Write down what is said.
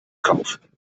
kaufen